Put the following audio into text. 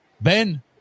Ben